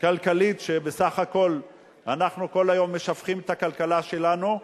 כלכלית שבסך הכול אנחנו כל היום משבחים את הכלכלה שלנו,